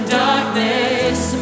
darkness